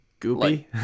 goopy